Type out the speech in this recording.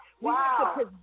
Wow